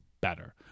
better